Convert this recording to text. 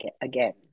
again